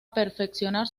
perfeccionar